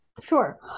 sure